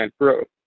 growth